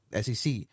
SEC